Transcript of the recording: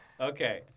Okay